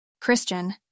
Christian